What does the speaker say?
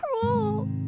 cruel